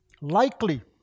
likely